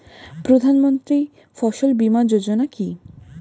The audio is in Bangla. প্রধানমন্ত্রী ফসল বীমা যোজনা কি?